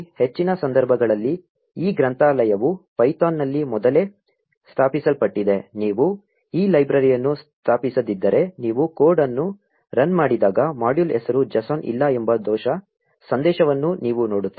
ಹೆಚ್ಚಿನ ಸಂದರ್ಭಗಳಲ್ಲಿ ಈ ಗ್ರಂಥಾಲಯವು ಪೈಥಾನ್ನಲ್ಲಿ ಮೊದಲೇ ಸ್ಥಾಪಿಸಲ್ಪಟ್ಟಿದೆ ನೀವು ಈ ಲೈಬ್ರರಿಯನ್ನು ಸ್ಥಾಪಿಸದಿದ್ದರೆ ನೀವು ಕೋಡ್ ಅನ್ನು ರನ್ ಮಾಡಿದಾಗ ಮಾಡ್ಯೂಲ್ ಹೆಸರು json ಇಲ್ಲ ಎಂಬ ದೋಷ ಸಂದೇಶವನ್ನು ನೀವು ನೋಡುತ್ತೀರಿ